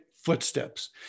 footsteps